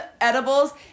edibles